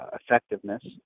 effectiveness